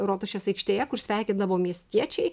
rotušės aikštėje kur sveikindavo miestiečiai